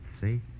see